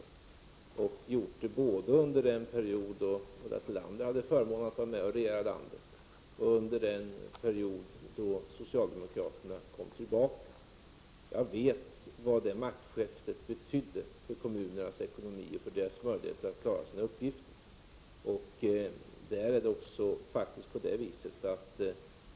Jag har gjort det både under den period då Ulla Tillander hade förmånen att vara med och regera landet och under perioden efter det att socialdemokraterna kom tillbaka till makten. Jag vet vad det maktskiftet betydde för kommunernas ekonomi och för deras möjligheter att klara sina uppgifter.